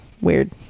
weird